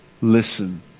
Listen